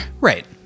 Right